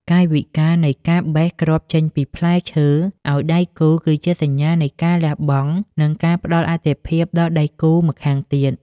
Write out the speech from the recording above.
កាយវិការនៃការបេះគ្រាប់ចេញពីផ្លែឈើឱ្យដៃគូ គឺជាសញ្ញានៃការលះបង់ និងការផ្ដល់អាទិភាពដល់ដៃគូម្ខាងទៀត។